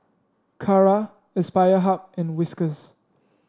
Kara Aspire Hub and Whiskas